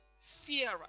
fear